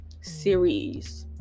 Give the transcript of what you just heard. series